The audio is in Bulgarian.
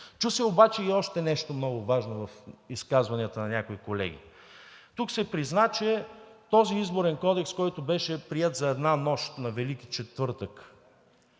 Чу се обаче и още нещо много важно в изказванията на някои колеги. Тук се призна, че този изборен кодекс, който беше приет за една нощ на Велики четвъртък